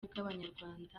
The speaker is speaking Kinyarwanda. bw’abanyarwanda